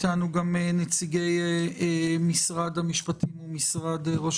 איתנו גם נציגי משרד המשפטים ומשרד ראש